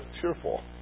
cheerful